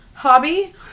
Hobby